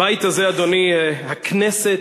הבית הזה, אדוני, הכנסת,